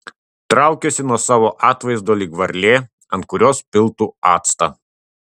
traukiuosi nuo savo atvaizdo lyg varlė ant kurios piltų actą